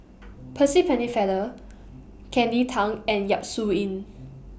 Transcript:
Percy Pennefather Kelly Tang and Yap Su Yin